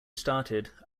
started